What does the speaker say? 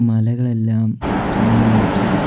മലകളെല്ലാം കുന്ന് നികത്തി